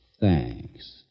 Thanks